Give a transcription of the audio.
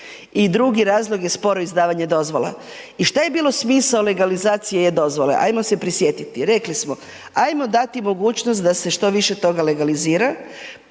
I drugi razlog je sporo izdavanje dozvola. I što je bilo smisao legalizacije i e-dozvole, hajmo se prisjetiti. Rekli smo – hajmo dati mogućnost da se što više toga legalizira.